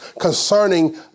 concerning